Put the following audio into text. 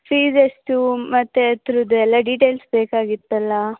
fees ಎಷ್ಟು ಮತ್ತು ಅದ್ರದ್ದು ಎಲ್ಲ ಡಿಟೇಲ್ಸ್ ಬೇಕಾಗಿತ್ತಲ್ಲ